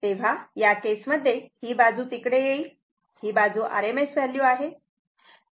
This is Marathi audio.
तेव्हा या केस मध्ये ही बाजू तिकडे येईल ही बाजू RMS व्हॅल्यू आहे